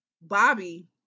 Bobby